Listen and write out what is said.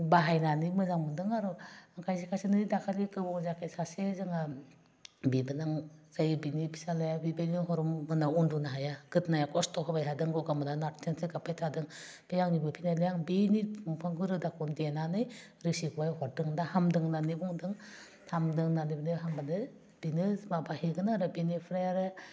बाहायनानै मोजां मोनदों आरो खायसे खायसे नै दाखालि गोबाव जायाखै सासे जोंहा बिबोनां जायो बिनि फिसालाया बेबायदिनो हराव मोनायाव उन्दुनो हाया गोदनाया खस्थ' होबाय थादों गगा मोनना नारथे नारथे गाबबाय थादों बे आं बेनि दंफांखौ रोदाखौ देनानै रोसिखौहाय हरदों दा हामदों होन्नानै बुंदों हामदों होन्नानै बेनो माबा हैगोन आरो बिनिफ्राय आरो